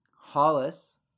Hollis